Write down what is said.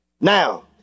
Now